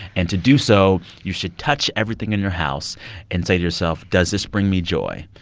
and to do so, you should touch everything in your house and say to yourself, does this bring me joy?